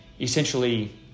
essentially